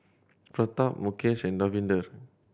Pratap Mukesh and Davinder